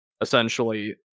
essentially